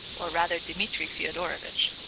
or rather dmitri fyodorovitch,